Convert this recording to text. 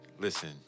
Listen